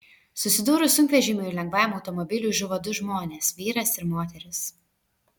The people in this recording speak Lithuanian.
susidūrus sunkvežimiui ir lengvajam automobiliui žuvo du žmonės vyras ir moteris